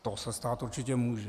To se stát určitě může.